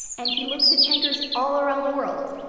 and he looks at tankers all around the world,